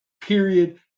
Period